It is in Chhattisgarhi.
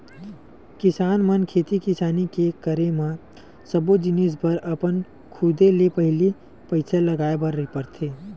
किसान मन खेती किसानी के करे म सब्बो जिनिस बर अपन खुदे ले पहिली पइसा लगाय बर परथे